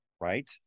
right